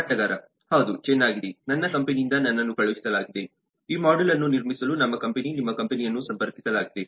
ಮಾರಾಟಗಾರ ಹೌದು ಚೆನ್ನಾಗಿದೆ ನನ್ನ ಕಂಪನಿಯಿಂದ ನನ್ನನ್ನು ಕಳುಹಿಸಲಾಗಿದೆ ಈ ಮಾಡ್ಯೂಲ್ ಅನ್ನು ನಿರ್ಮಿಸಲು ನಮ್ಮ ಕಂಪನಿಯು ನಿಮ್ಮ ಕಂಪನಿಯನ್ನು ಸಂಪರ್ಕಿಸಲಾಗಿದೆ